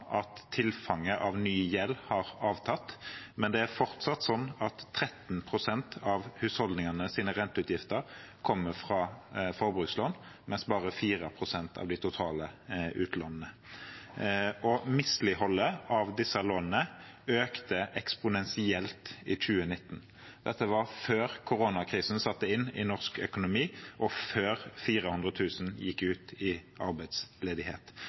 at tilfanget av ny gjeld har avtatt, men det er fortsatt sånn at 13 pst. av husholdningenes renteutgifter kommer fra forbrukslån, mens bare 4 pst. av de totale utlånene. Misligholdet av disse lånene økte eksponentielt i 2019, og dette var før koronakrisen satte inn i norsk økonomi, og før 400 000 gikk ut i arbeidsledighet.